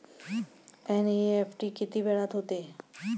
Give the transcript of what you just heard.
NEFT किती वेळात होते?